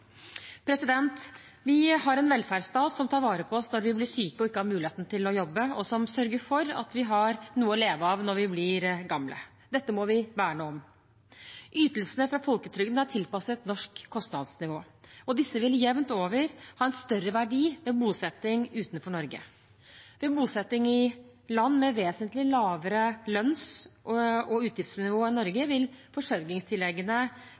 Vi har en velferdsstat som tar vare på oss når vi blir syke og ikke har muligheten til å jobbe, og som sørger for at vi har noe å leve av når vi blir gamle. Dette må vi verne om. Ytelsene fra folketrygden er tilpasset et norsk kostnadsnivå, og disse vil jevnt over ha en større verdi ved bosetting utenfor Norge. Ved bosetting i land med vesentlig lavere lønns- og utgiftsnivå enn Norge vil forsørgingstilleggene